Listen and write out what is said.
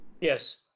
yes